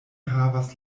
havas